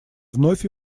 вновь